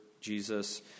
Jesus